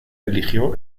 eligió